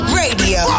radio